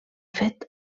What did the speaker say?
fet